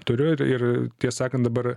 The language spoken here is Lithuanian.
turiu ir ir tie sakant dabar